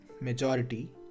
majority